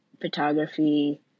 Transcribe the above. photography